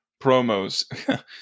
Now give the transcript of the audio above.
promos